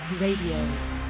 Radio